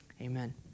amen